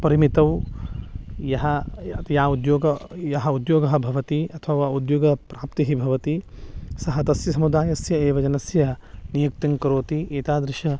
परिमितौ यः यः उद्योगः यः उद्योगः भवति अथवा उद्योगप्राप्तिः भवति सः तस्य समुदायस्य एव जनस्य नियुक्तिं करोति एतादृशः